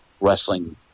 wrestling